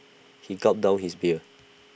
he gulped down his beer